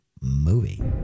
movie